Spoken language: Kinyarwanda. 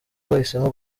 bahisemo